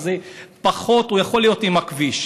אז לפחות הוא יכול להיות עם הכביש.